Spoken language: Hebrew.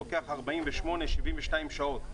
לוקח 72-48 שעות.